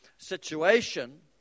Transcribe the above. situation